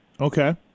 Okay